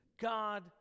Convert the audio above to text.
God